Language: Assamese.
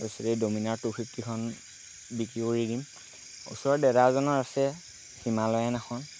তাৰপিছতে এই ডমিনাৰ টু ফিফটিখন বিক্ৰী কৰি দিম ওচৰত দাদা এজনৰ আছে হিমালয়ান এখন